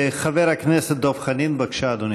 חבר הכנסת דב חנין, בבקשה, אדוני.